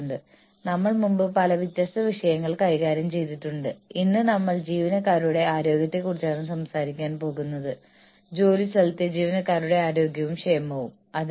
കഴിഞ്ഞ ക്ലാസ്സിൽ ഞങ്ങൾ പേ ഇൻസെന്റീവ് സിസ്റ്റങ്ങൾ എന്നിവയെക്കുറിച്ചാണ് സംസാരിച്ചത് വ്യക്തികൾക്കുള്ള ശമ്പളവും പ്രോത്സാഹന സംവിധാനവും ഞങ്ങൾ ചർച്ച ചെയ്തു